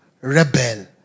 rebel